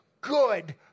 good